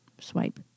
swipe